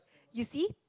you see